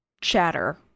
chatter